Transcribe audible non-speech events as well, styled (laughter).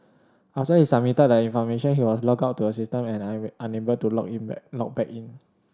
after he submitted the information he was logged out of the system and (unintelligible) unable to log in (unintelligible) log back in